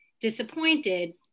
disappointed